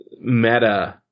meta